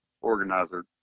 organizer